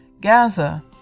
Gaza